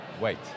wait